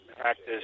practice